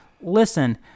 listen